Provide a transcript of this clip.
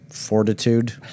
Fortitude